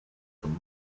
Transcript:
课程